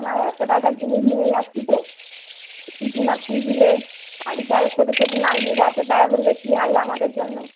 না এতো টাকা জিনিস নিয়ে যাচ্ছি তো কিছু না ফ্রী দিলে বাড়িতে আরো ছোটো ছোটো নাতনীরা নিয়ে যাছে তারা বলবে কী আনলে আমাদের জন্য